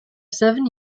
seven